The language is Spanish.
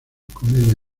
comedia